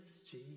Jesus